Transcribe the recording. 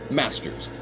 masters